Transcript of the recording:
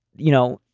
you know,